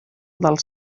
dels